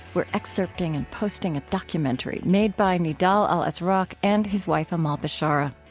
we're excerpting and posting a documentary made by nidal al-azraq and his wife, amahl bishara.